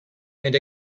and